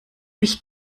mich